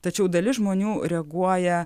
tačiau dalis žmonių reaguoja